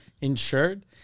insured